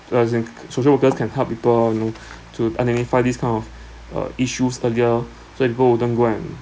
as in social workers can help people uh you know to identify this kind of uh issues earlier so people will don't go and